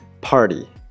party